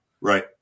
Right